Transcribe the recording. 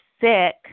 sick